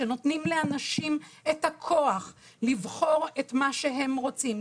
שנותנים לאנשים את הכוח לבחור את מה שהם רוצים.